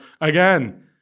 Again